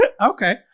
Okay